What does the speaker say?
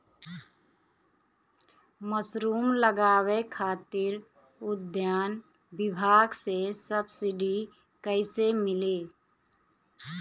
Mushroom लगावे खातिर उद्यान विभाग से सब्सिडी कैसे मिली?